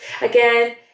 Again